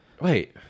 wait